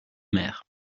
mer